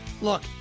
Look